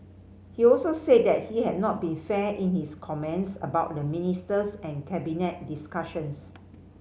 he also said that he had not been fair in his comments about the ministers and Cabinet discussions